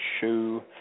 shoe